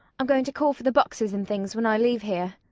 i'm going to call for the boxes and things when i leave here.